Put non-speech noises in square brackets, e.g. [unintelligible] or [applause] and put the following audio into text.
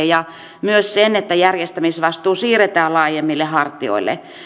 [unintelligible] ja myös sen että järjestämisvastuu siirretään laajemmille hartioille